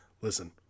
listen